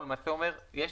הוא למעשה אומר שיש